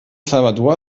salvador